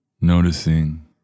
noticing